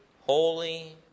holy